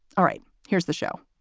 all right. here's the show